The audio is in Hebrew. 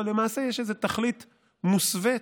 אבל למעשה יש איזו תכלית מוסווית,